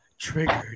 triggered